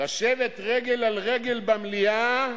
לשבת רגל על רגל במליאה,